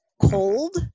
cold